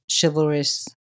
chivalrous